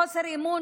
חוסר אמון.